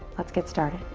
let's get started.